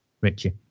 Richie